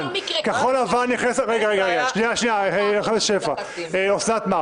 כל מה שרם שפע דיבר